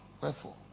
wherefore